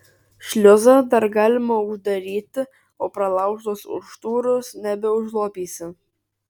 šliuzą dar galima uždaryti o pralaužtos užtūros nebeužlopysi